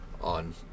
on